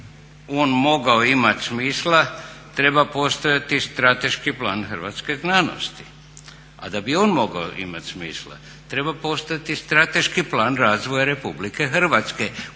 Da bi on mogao imati smisla treba postojati strateški plan hrvatske znanosti, a da bi on mogao imati smisla treba postojati strateški plan razvoja RH koji u